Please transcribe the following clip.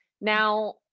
Now